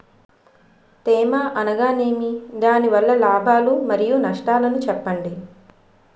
తేమ అనగానేమి? దాని వల్ల లాభాలు మరియు నష్టాలను చెప్పండి?